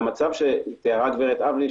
והמצב שתיארה גב' אבני,